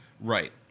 Right